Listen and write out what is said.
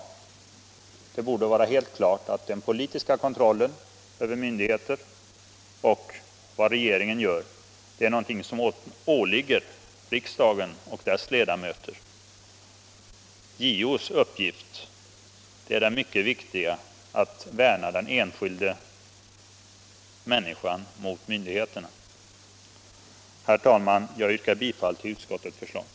Det borde vara helt klart att den politiska kontrollen över vad regeringen och myndigheterna gör är något som åligger riksdagen och dess ledamöter. JO har den mycket viktiga uppgiften att värna den enskilda människan mot myndigheterna. Herr talman! Jag yrkar bifall till utskottets förslag.